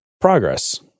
progress